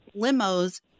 limos